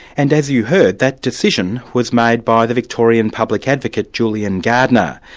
and, as you heard, that decision was made by the victorian public advocate, julian gardner.